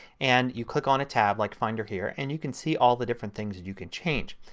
and you click on a tab, like finder here, and you can see all the different things that you can change.